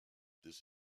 this